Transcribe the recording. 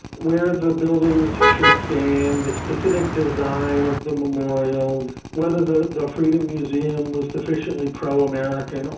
where the buildings should stand, the specific design of the memorial whether the the freedom museum was sufficiently pro-american,